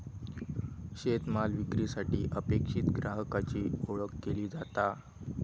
शेतमाल विक्रीसाठी अपेक्षित ग्राहकाची ओळख केली जाता